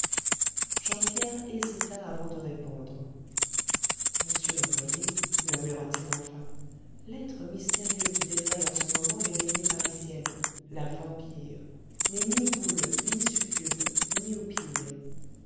jean pierre hésita avant de répondre monsieur l'employé murmura-t-il enfin l'être mystérieux qui défraye en ce moment les veillées parisiennes la vampire n'est ni goule ni succube ni oupire